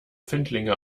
findlinge